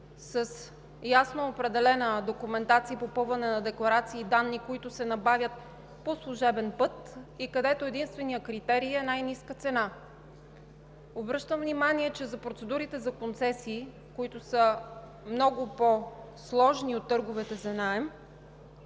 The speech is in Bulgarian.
с ясно определена документация и попълване на декларация и данни, които се набавят по служебен път, и където единственият критерий е най-ниска цена. Обръщам внимание, че за процедурите за концесии, които са много по-сложни от търговете за наем,